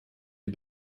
you